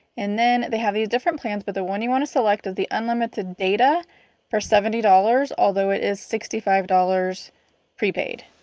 and then they have these different plans, but the one you wanna select is the unlimited data for seventy dollars, although it is sixty five dollars prepaid.